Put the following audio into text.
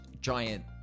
giant